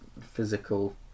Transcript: physical